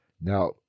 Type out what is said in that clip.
Now